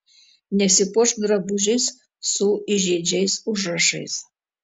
nesipuošk drabužiais su įžeidžiais užrašais